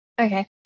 Okay